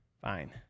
fine